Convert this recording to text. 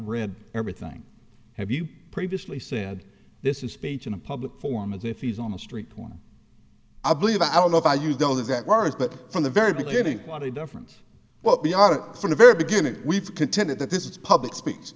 read everything have you previously said this is speech in a public forum as if he's on the street one i believe i don't know if i you don't exact words but from the very beginning what a difference what we are from the very beginning we've contended that this is public sp